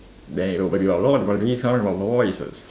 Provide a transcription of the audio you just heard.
then everybody voices